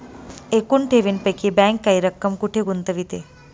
एकूण ठेवींपैकी बँक काही रक्कम कुठे गुंतविते?